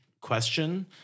question